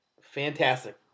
fantastic